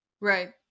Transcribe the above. Right